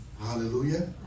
Hallelujah